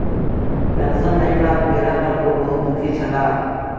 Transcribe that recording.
pension नै प्राप्त भेला पर ओ बहुत दुःखी छला